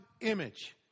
image